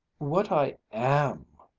what i am,